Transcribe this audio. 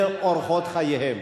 זה אורחות חייהם.